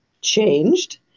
changed